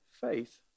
faith